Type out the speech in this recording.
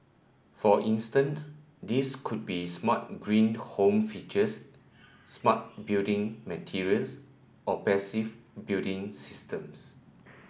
for instanced these could be smart green home features smart building materials or passive building systems